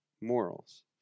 morals